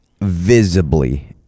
Visibly